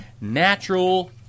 natural